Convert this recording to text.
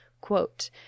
Quote